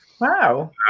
Wow